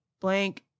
blank